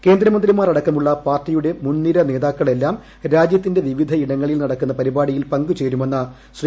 കേന്ദ്രമന്ത്രിമാർ അടക്കമുള്ള പാർട്ടിയുടെ മുൻനിര നേതാക്കളെല്ലാം രാജ്യത്തിന്റെ വിവിധയിടങ്ങളിൽ നടക്കുന്ന പരിപാടിയിൽ പങ്കുചേരുമെന്ന് ശ്രീ